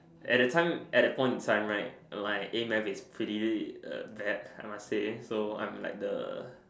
at that time at that point in time right my A math is pretty uh bad I must say so I'm like the